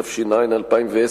התש"ע 2010,